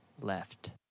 left